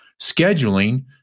scheduling